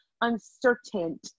uncertain